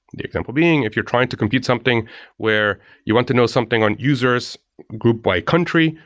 the example being, if you're trying to compute something where you want to know something on users grouped by country.